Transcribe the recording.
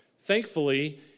Thankfully